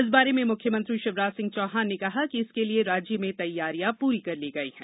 इस बारे में मुख्यमंत्री शिवराज सिंह चौहान ने कहा कि इसके लिये राज्य में तैयारियां पूरी कर ली गई हैं